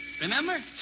Remember